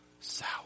sour